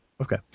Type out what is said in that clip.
Okay